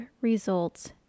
results